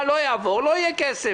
אם לא יעבור לא יהיה כסף.